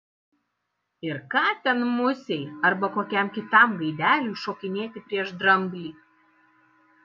ir ką ten musei arba kokiam kitam gaideliui šokinėti prieš dramblį